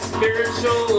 spiritual